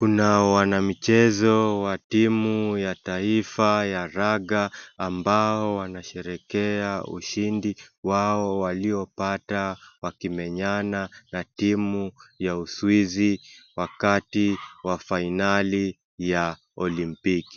Kuna wanamichezo wa timu ya taifa ya raga ambao wanasherehekea ushindi wao waliopata wakimenyana na timu ya Uswizi wakati wa fainali ya Olimpiki.